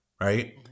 right